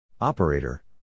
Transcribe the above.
Operator